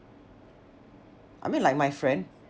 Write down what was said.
I mean like my friend